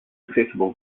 accessible